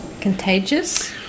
contagious